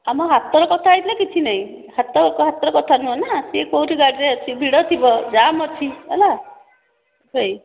ଆମ ହାତ ର କଥା ହୋଇଥିଲେ କିଛି ନାହିଁ ହାତ ହାତ ର କଥା ନୁହଁ ନା ସିଏ କେଉଁଠି ଗାଡିରେ ଅଛି ଭିଡ଼ ଥିବ ଜାମ ଅଛି ହେଲା ସେଇ